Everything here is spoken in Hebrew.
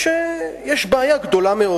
יש בעיה גדולה מאוד.